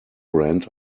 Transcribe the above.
brand